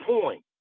point